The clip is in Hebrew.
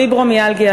פיברומיאלגיה,